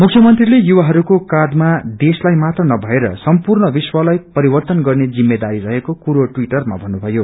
मुख्य मंत्रीले युवहास्को काषैमा देशलाई मात्र नभएर सम्पूर्ण हवश्वलाई परिववन गत्रे जिम्मेदारी रहेको कुरो टवीटरमा भन्नुभयो